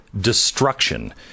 destruction